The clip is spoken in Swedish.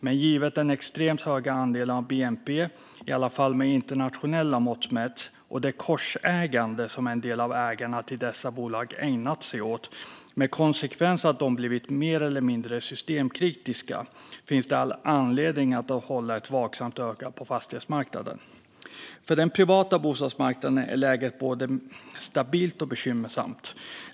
Men givet den extremt höga andelen av bnp, i alla fall med internationella mått mätt, och det korsägande som en del av ägarna till dessa bolag ägnat sig åt - med konsekvensen att de blivit mer eller mindre systemkritiska - finns det all anledning att hålla ett vakande öga på fastighetsmarknaden. För den privata bostadsmarknaden är läget både stabilt och bekymmersamt.